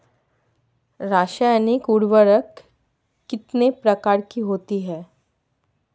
रासायनिक उर्वरक कितने प्रकार के होते हैं?